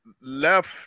left